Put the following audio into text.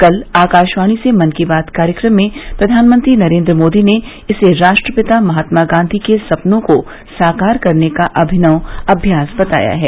कल आकाशवाणी से मन की बात कार्यक्रम में प्रधानमंत्री नरेन्द्र मोदी ने इसे राष्ट्रपिता महात्मा गांधी के सपनों को साकार करने का अभिनव अभ्यास बताया है